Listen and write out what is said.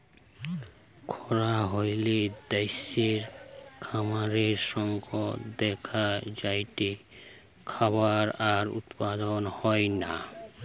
খরা হলে দ্যাশে খাবারের সংকট দেখা যায়টে, খাবার আর উৎপাদন হয়না